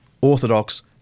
Orthodox